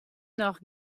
noch